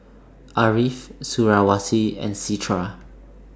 Ariff Suriawati and Citra